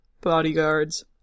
bodyguards